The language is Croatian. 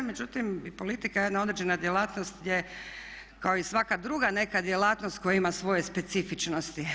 Međutim i politika je jedna određena djelatnost gdje kao i svaka druga neka djelatnost koja ima svoje specifičnosti.